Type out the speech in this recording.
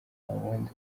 wundi